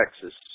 Texas